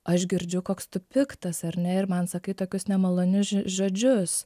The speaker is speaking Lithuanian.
aš girdžiu koks tu piktas ar ne ir man sakai tokius nemalonius žo žodžius